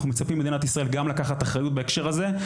אנחנו מצפים ממדינת ישראל גם לקחת אחריות בהקשר הזה.